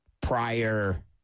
prior